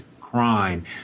crime